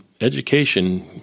education